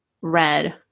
red